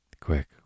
Quick